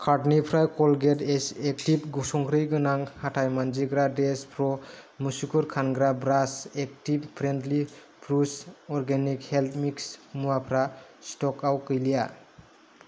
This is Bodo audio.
कार्टनिफ्राय क'लगेट इस एक्टिब संक्रि गोनां हाथाय मानजिग्रा देश प्र' मुसुगुर खानग्रा brush active friendly brush organic health mix मुवाफोरा स्टकआव गैलिया